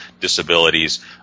disabilities